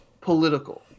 Political